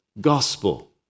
gospel